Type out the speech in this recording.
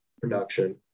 production